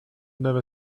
never